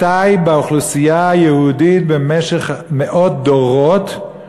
מתי באוכלוסייה היהודית במשך מאות דורות,